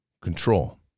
control